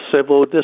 civil